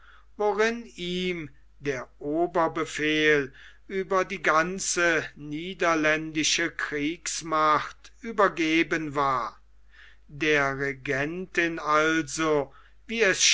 worin ihm der oberbefehl über die ganze niederländische kriegsmacht übergeben war der regentin also wie es